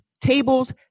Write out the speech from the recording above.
tables